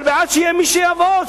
אבל בעד שיהיה מי שיעבוד,